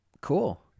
Cool